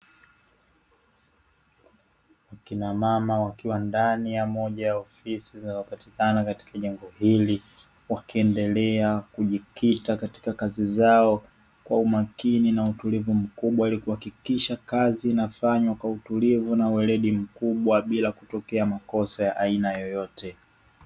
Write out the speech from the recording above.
Akina mama wakiwa ndani ya moja ya ofisi zinazopatikana katika jengo hili, wakiendelea kujikita katika kazi zao kwa umakini na utulivu mkubwa, ili kuhakikisha kazi inafanywa kwa utulivu na weledi mkubwa bila kutokea makosa ya aina yoyote.